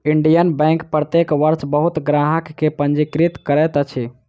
Indian bank प्रत्येक वर्ष बहुत ग्राहक के पंजीकृत करैत अछि